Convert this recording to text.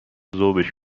ذوبش